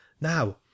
Now